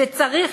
שצריך,